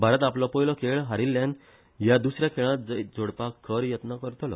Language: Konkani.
भारत आपलो पयलो खेळ हारिल्ल्यान ह्या दुसऱ्या खेळांत जैत जोडपाक खर यत्न करतलो